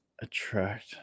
attract